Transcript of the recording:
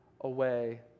away